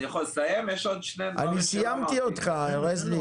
אני סיימתי אותך רזניק,